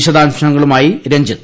വിശദാംശങ്ങളുമായി രജ്ഞിത്ത്